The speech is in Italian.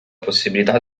possibilità